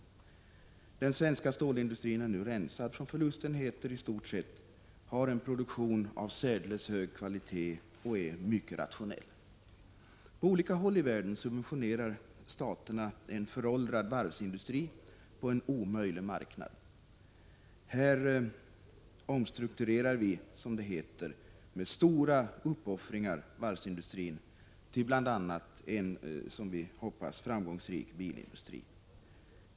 Den svenska stålindustrin är nu i stort sett rensad från förlustenheter, har en produktion av särdeles hög kvalitet och är mycket rationell. På olika håll i världen subventionerar staterna en föråldrad varvsindustri på en omöjlig marknad. Här omstrukturerar vi, som det heter, med stora uppoffringar varvsindustrin till bl.a. en som vi hoppas framgångsrik bilindu stri.